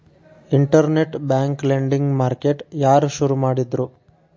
Internet bank lending market ಯಾರ್ ಶುರು ಮಾಡಿದ್ರು?